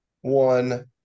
one